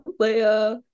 Leia